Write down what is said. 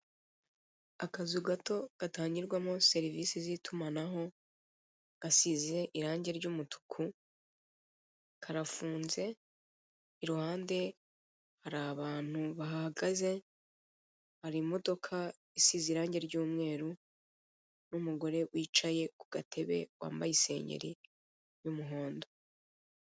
Akazu gato gatangirwamo serivise z'itumanaho gasize irange ry'umutuku karafunze, iruhande hari abantu bahahagaze, hari imodoka isize irange ry'umweru n'umugore wicaye ku gatebe wambaye isengeri y'umuhondo.